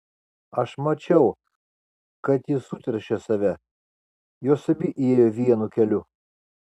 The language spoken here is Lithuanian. aš mačiau kad ji suteršė save jos abi ėjo vienu keliu